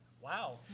Wow